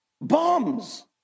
bombs